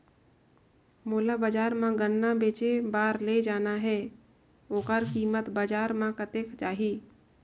मोला बजार मां गन्ना बेचे बार ले जाना हे ओकर कीमत बजार मां कतेक जाही?